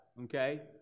okay